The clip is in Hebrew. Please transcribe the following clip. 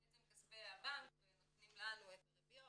זה בעצם כספי הבנק ונותנים לנו את הריביות,